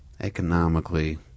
economically